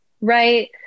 right